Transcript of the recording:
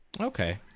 Okay